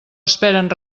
esperen